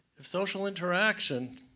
social interaction,